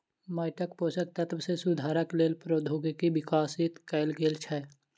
माइटक पोषक तत्व मे सुधारक लेल प्रौद्योगिकी विकसित कयल गेल छै